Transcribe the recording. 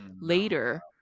later